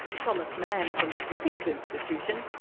thomas mann, from the brookings institution,